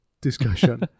discussion